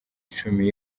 icumi